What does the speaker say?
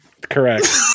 Correct